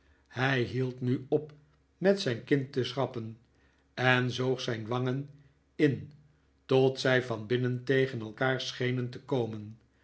hij hield nu op met zijn kin te schrappen en zoog zijn wangen in tot zij van binnen tegen elkaar schenen te komen